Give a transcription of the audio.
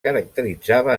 caracteritzava